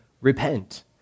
repent